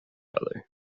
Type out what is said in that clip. other